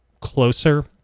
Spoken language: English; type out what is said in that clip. closer